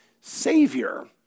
savior